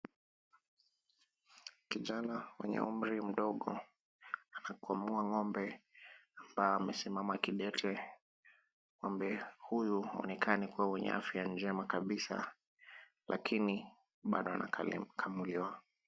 Kijana mwenye umri mdogo, anakamua ng'ombe ambaye amesimama kidete. Ng'ombe huyu haonekani uwa mwenye afya kabisa, lakini bado anakamuliwa.